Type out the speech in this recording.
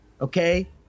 Okay